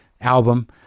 album